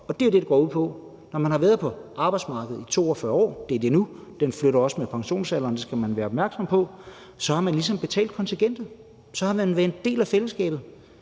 og det jo det, som det sker ud på. Når man har været på arbejdsmarkedet i 42 år – det er det tal, der gælder nu, og det rykker også med pensionsalderen, og det skal man være opmærksom på – så har man ligesom betalt kontingentet; så man været en del af fællesskabet.